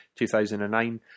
2009